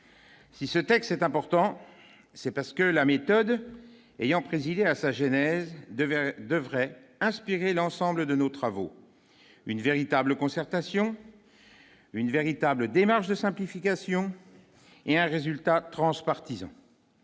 si ce texte est important, c'est parce que la méthode ayant présidé à sa génère devient devrait inspirer l'ensemble de nos travaux, une véritable concertation, une véritable démarche de simplification, et un résultat transpartisan,